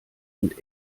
und